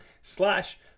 slash